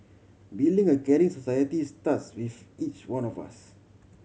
building a caring society starts with each one of us